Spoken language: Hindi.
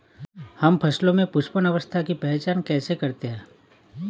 हम फसलों में पुष्पन अवस्था की पहचान कैसे करते हैं?